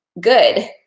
good